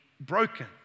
broken